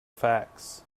facts